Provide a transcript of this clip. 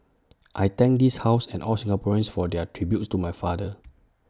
I thank this house and all Singaporeans for their tributes to my father